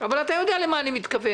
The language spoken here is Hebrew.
אבל אתה יודע למה אני מתכוון.